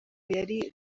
yari